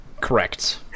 Correct